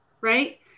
Right